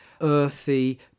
earthy